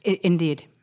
indeed